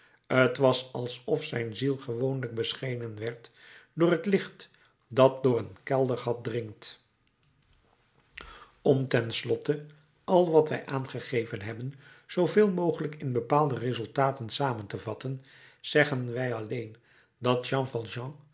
t was alsof zijn ziel gewoonlijk beschenen werd door het licht dat door een keldergat dringt om ten slotte al wat wij aangegeven hebben zooveel mogelijk in bepaalde resultaten samen te vatten zeggen wij alleen dat jean